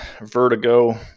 Vertigo